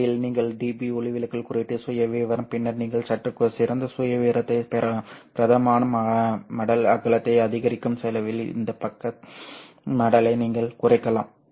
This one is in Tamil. உண்மையில் நீங்கள் dB ஒளிவிலகல் குறியீட்டு சுயவிவரம் பின்னர் நீங்கள் சற்று சிறந்த சுயவிவரத்தைப் பெறலாம் பிரதான மடல் அகலத்தை அதிகரிக்கும் செலவில் இந்த பக்க மடலை நீங்கள் குறைக்கலாம்